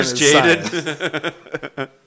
Jaden